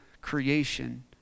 creation